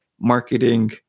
marketing